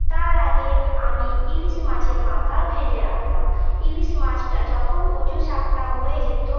তার আগে আমি ইলিশ মাছের মাথা ভেজে রাখতাম ইলিশ মাছটা যখন কচু শাকটা হয়ে যেত